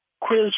quiz